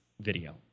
video